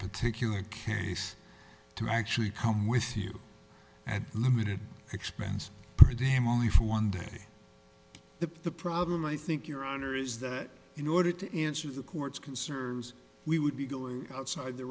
particular case to actually come with you at limited expense pregame only for one day the problem i think your honor is that in order to answer the court's concerns we would be going outside the